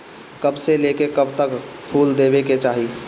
कब से लेके कब तक फुल देवे के चाही?